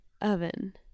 oven